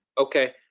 okay,